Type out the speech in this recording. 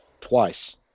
twice